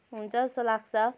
हुन्छ जस्तो लाग्छ